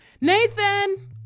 Nathan